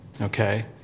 okay